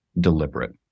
deliberate